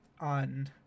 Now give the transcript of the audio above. on